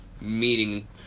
meeting